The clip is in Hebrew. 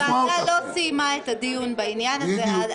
לא סיימה את הדיון בעניין הזה.